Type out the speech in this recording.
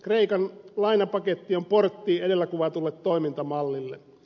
kreikan lainapaketti on portti edellä kuvatulle toimintamallille